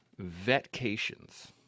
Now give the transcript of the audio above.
vetcations